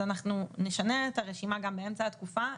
נשנה את הרשימה גם באמצע התקופה,